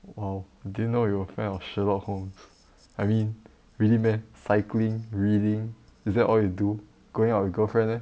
!wow! I didn't know you a fan of sherlock holmes I mean really meh cycling reading is that all you do going out with girlfriend leh